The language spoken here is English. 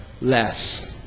less